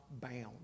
bound